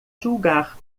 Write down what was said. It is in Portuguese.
julgar